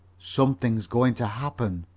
something's going to happen.